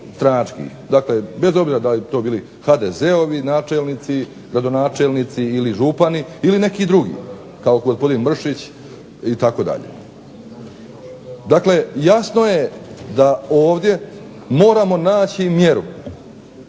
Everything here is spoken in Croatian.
dakle bez obzira da li to bili HDZ-ovi načelnici, gradonačelnici ili župani ili neki drugi kao gospodin Mršić itd. Dakle, jasno je da ovdje moramo naći mjeru